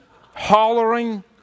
hollering